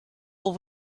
will